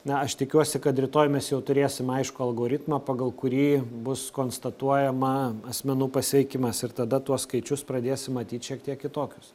na aš tikiuosi kad rytoj mes jau turėsim aiškų algoritmą pagal kurį bus konstatuojama asmenų pasveikimas ir tada tuos skaičius pradėsim matyt šiek tiek kitokius